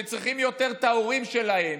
שצריכים יותר את ההורים שלהם,